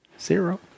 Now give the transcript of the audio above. zero